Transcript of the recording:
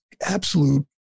absolute